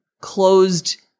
closed